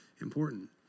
important